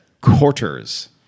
quarters